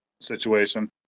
situation